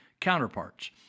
counterparts